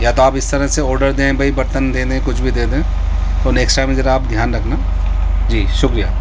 یا تو آپ اس طرح سے آڈر دیں بھائی برتن دینے کچھ بھی دے دیں تو نیکسٹ ٹائم ذرا آپ دھیان رکھنا جی شکریہ